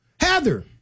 Heather